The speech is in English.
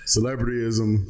Celebrityism